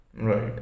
Right